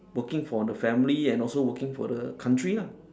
working for the family and also working for the country lah